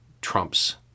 Trump's